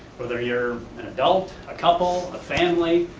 whether you're an adult, a couple, a family,